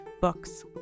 books